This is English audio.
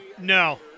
no